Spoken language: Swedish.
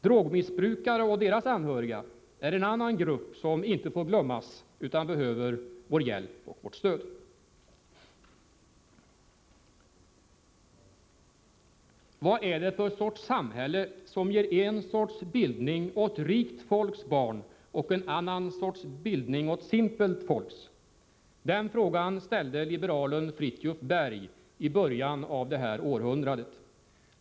Drogmissbrukare och deras anhöriga är en annan grupp som inte får glömmas utan behöver vår hjälp och vårt stöd. ”Vad är det för sorts samhälle som ger en sorts bildning åt rikt folks barn och en annan sorts bildning åt simpelt folks?” Den frågan ställde liberalen Fridtjuv Berg i början av det här århundradet.